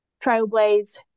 trailblaze